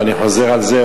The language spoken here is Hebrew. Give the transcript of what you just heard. ואני רק חוזר על זה,